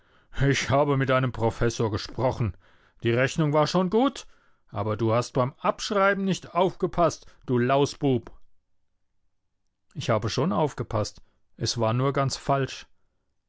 ich habe mit deinem professor gesprochen die rechnung war schon gut aber du hast beim abschreiben nicht aufgepaßt du lausbub ich habe schon aufgepaßt es war nur ganz falsch